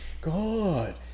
God